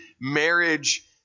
marriage